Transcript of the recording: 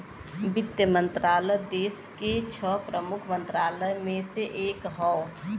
वित्त मंत्रालय देस के छह प्रमुख मंत्रालय में से एक हौ